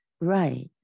Right